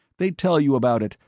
they'd tell you about it,